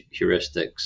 heuristics